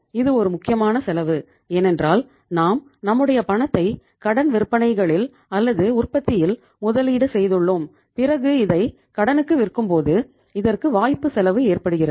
இது ஒரு முக்கியமான செலவு ஏனென்றால் நாம் நம்முடைய பணத்தை கடன் விற்பனை களில் அல்லது உற்பத்தியில் முதலீடு செய்துள்ளோம் பிறகு இதை கடனுக்கு விற்கும்போது இதற்கு வாய்ப்பு செலவு ஏற்படுகிறது